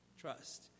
Trust